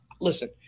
listen